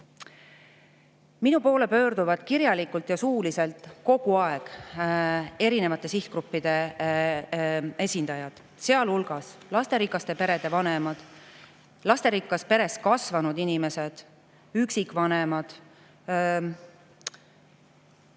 tuli. Minu poole pöörduvad kirjalikult ja suuliselt kogu aeg erinevate sihtgruppide esindajad, sealhulgas lasterikaste perede vanemad, lasterikkas peres kasvanud inimesed, üksikvanemad.